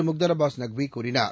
Mukhtar Abbas நக்விகூறினார்